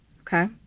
Okay